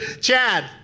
Chad